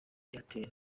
airtel